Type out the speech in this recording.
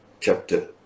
chapter